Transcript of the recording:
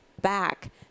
back